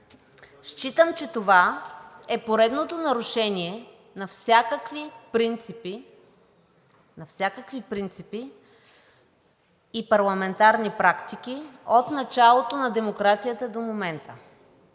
считам, че това е поредното нарушение на всякакви принципи и парламентарни практики от началото на демокрацията до момента.